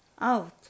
out